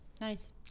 Nice